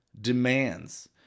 demands